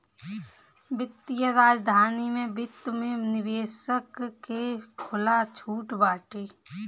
वित्तीय राजधानी में वित्त में निवेशक के खुला छुट बाटे